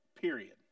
period